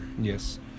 yes